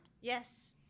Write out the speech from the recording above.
Yes